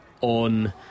on